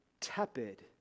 tepid